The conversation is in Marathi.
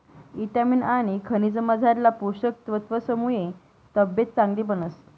ईटामिन आनी खनिजमझारला पोषक तत्वसमुये तब्येत चांगली बनस